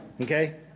Okay